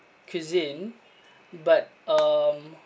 cuisine but um